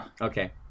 Okay